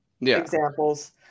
examples